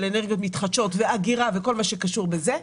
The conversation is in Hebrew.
אנרגיות מתחדשות ואגירה וכל מה שקשור בזה,